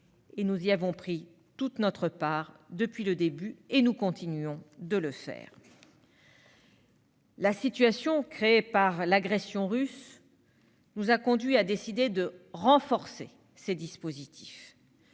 nous y avons pris toute notre part depuis le début et nous continuons de le faire. La situation créée par l'agression russe nous a conduits à décider le renforcement de ces dispositifs,